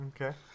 okay